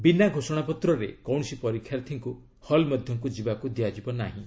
ବିନା ଘୋଷଣାପତ୍ରରେ କୌଣସି ପରୀକ୍ଷାର୍ଥୀଙ୍କୁ ହଲ୍ ମଧ୍ୟକୁ ଯିବାକୁ ଦିଆଯିବ ନାହିଁ